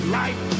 life